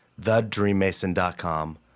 thedreammason.com